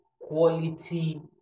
quality